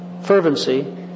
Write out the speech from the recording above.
fervency